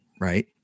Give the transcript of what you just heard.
right